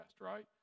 right